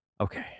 Okay